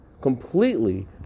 completely